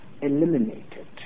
eliminated